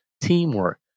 teamwork